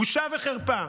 שמחה, בושה וחרפה.